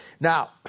Now